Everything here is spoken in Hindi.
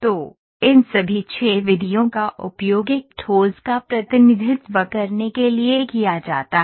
तो इन सभी 6 विधियों का उपयोग एक ठोस का प्रतिनिधित्व करने के लिए किया जाता है